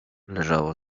leżało